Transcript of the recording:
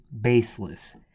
baseless